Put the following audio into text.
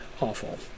awful